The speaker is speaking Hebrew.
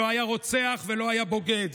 לא היה רוצח ולא היה בוגד,